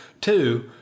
Two